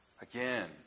again